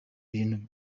bintu